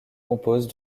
compose